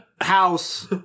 House